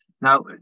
now